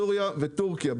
סוריה וטורקיה.